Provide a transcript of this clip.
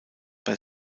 bei